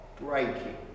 breaking